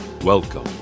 Welcome